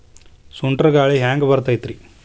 ಸುಂಟರ್ ಗಾಳಿ ಹ್ಯಾಂಗ್ ಬರ್ತೈತ್ರಿ?